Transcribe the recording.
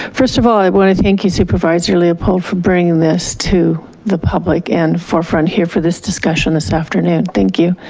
first of all, i want to thank you, supervisor leopold, for bringing this to the public and forefront here for this discussion this afternoon, thank you.